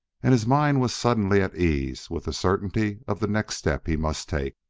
and his mind was suddenly at ease with the certainty of the next step he must take.